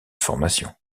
formation